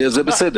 אני מציע: